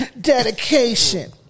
dedication